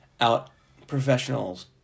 out-professionals